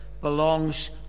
belongs